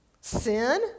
sin